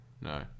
No